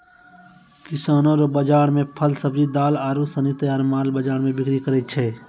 किसानो रो बाजार मे फल, सब्जी, दाल आरू सनी तैयार माल बाजार मे बिक्री करै छै